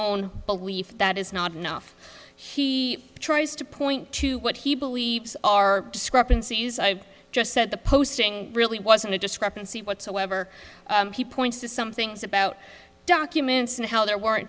own belief that is not enough he tries to point to what he believes are discrepancies i just said the posting really wasn't a discrepancy whatsoever he points to some things about documents and how there weren't